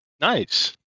Nice